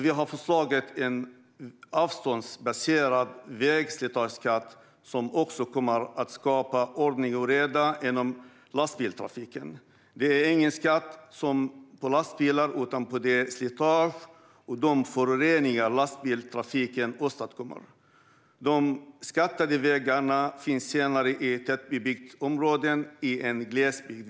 Vi har föreslagit en avståndsbaserad vägslitageskatt som också kommer att skapa ordning och reda inom lastbilstrafiken. Det är inte en skatt på lastbilar utan på det slitage och de föroreningar som lastbilstrafiken åstadkommer. De skattade vägarna finns snarare i tätbebyggda områden än i glesbygd.